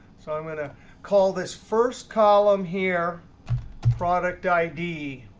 so i'm going to call this first column here product id.